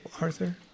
Arthur